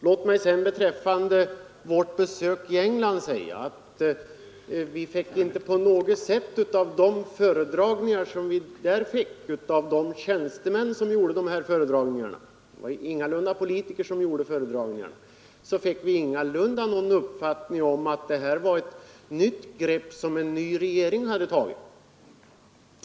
Låt mig beträffande vårt besök i England säga att av de föredragningar av tjänstemän som vi där fick höra — det var inte politiker som gjorde föredragningarna — fick vi ingalunda uppfattningen att detta var ett nytt grepp som en ny regering hade tagit.